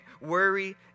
worry